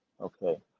okay